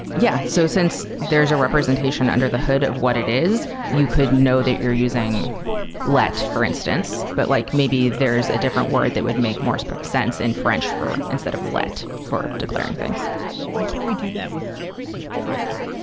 yeah. so since there is a representation under the hood of what it is, you could know that you're using let for stance, but like maybe there is a different word that would make more so sense in french for instead of let for declaring things why can't we do that with like java?